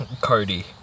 Cody